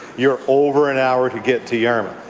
you're over an hour to get to yarmouth.